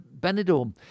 Benidorm